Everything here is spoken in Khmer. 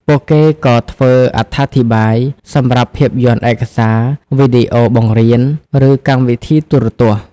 ពួកគេក៏ធ្វើអត្ថាធិប្បាយ សម្រាប់ភាពយន្តឯកសារ វីដេអូបង្រៀន ឬកម្មវិធីទូរទស្សន៍។